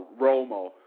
Romo